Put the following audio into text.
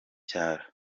cyaro